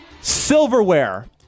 silverware